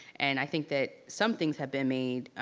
and i think that some things have been made,